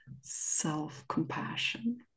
self-compassion